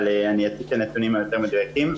אבל אני אציג את הנתונים היותר מדויקים.